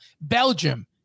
Belgium